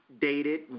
dated